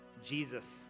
Jesus